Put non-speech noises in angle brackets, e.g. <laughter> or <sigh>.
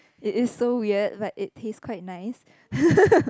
it is so weird but it taste quite nice <laughs>